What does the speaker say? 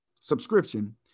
subscription